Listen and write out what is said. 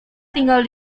tinggal